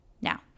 Now